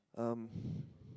um